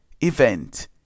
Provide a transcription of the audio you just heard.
event